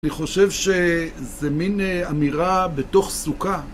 אני חושב שזה מין אמירה בתוך סוכה.